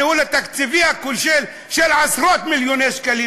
הניהול התקציבי הכושל של עשרות-מיליוני שקלים,